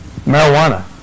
marijuana